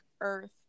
earth